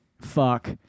fuck